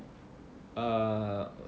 uh